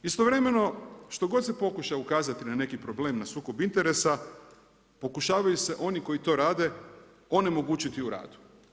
Istovremeno što god se pokuša ukazati na neki problem na sukob interesa pokušavaju se oni koji to rade onemogućiti u radu.